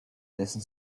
dessen